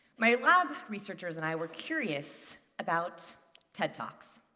my lab researchers and i were curious about ted talks.